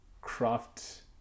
craft